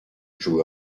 through